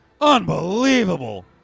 unbelievable